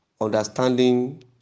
understanding